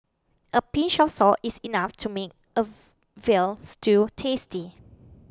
a pinch of salt is enough to make a Veal Stew tasty